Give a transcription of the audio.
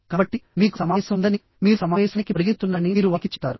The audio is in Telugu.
కాబట్టి మీకు సమావేశం ఉందనిమీరు సమావేశానికి పరుగెత్తుతున్నారని మీరు వారికి చెప్తారు